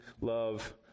love